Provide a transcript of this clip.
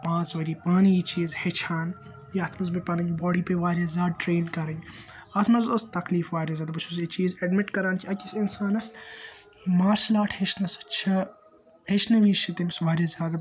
پانژھ ؤری پانہٕ یہِ چیٖز ہیٚچھان یِتھ منٛز مےٚ پَنٕنۍ باڈی پیٚیہِ واریاہ زیادٕ ٹرین کَرٕنۍ اَتھ منٛز اوس تَکلیٖف واریاہ زیادٕ بہٕ چھُس یہِ چیٖز اِیٚڈمِٹ کَران کہِ أکِس اِنسانَس مارشَل آرٹ ہیٚچھنہٕ سٍتۍ چھِ ہیٚچھنہٕ وِزِ چھِ تٔمِس واریاہ زیادٕ